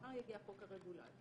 מחר יגיע חוק הרגולציה.